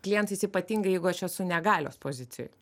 klientais ypatingai jeigu aš esu ne galios pozicijoj